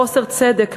חוסר צדק,